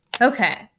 Okay